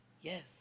Yes